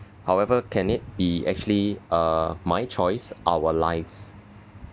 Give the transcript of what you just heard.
however can it be actually uh my choice our lives